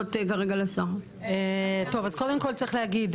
אז קודם כל צריך להגיד,